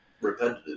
Repetitive